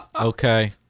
Okay